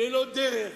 ללא דרך,